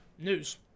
news